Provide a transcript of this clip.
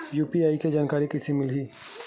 UPI के जानकारी कइसे मिलही?